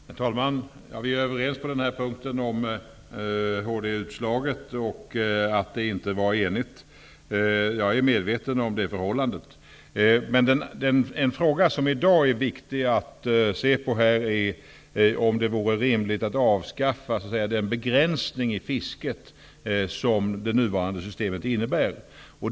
Herr talman! Vi är överens på punkten om det hårda utslaget och att det inte var enigt. Jag är medveten om det förhållandet. Men en fråga som i dag är viktig att se på är om det vore rimligt att avskaffa den begränsning i fisket som det nuvarande systemet innebär.